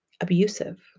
Abusive